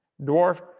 dwarf